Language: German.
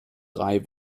drei